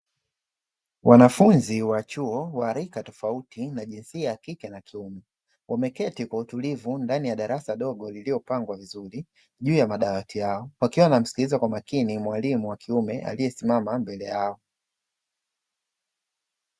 Wanafunzi wa chuo wa rika tofauti na jinsia ya kike na kiume, wameketi kwa utulivu ndani ya darasa dogo lililopangwa vizuri juu ya madawati yao, wakiwa wanamsikiliza kwa makini mwalimu wa kiume aliyesimama mbele yao.